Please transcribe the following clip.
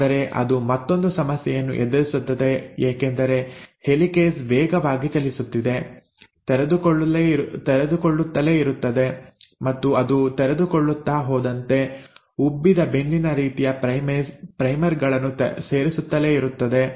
ಆದರೆ ಅದು ಮತ್ತೊಂದು ಸಮಸ್ಯೆಯನ್ನು ಎದುರಿಸುತ್ತದೆ ಏಕೆಂದರೆ ಹೆಲಿಕೇಸ್ ವೇಗವಾಗಿ ಚಲಿಸುತ್ತಿದೆ ತೆರೆದುಕೊಳ್ಳುತ್ತಲೇ ಇರುತ್ತದೆ ಮತ್ತು ಅದು ತೆರೆದುಕೊಳ್ಳುತ್ತಾ ಹೋದಂತೆ ಉಬ್ಬಿದ ಬೆನ್ನಿನ ರೀತಿಯ ಪ್ರೈಮೇಸ್ ಪ್ರೈಮರ್ ಗಳನ್ನು ಸೇರಿಸುತ್ತಲೇ ಇರುತ್ತದೆ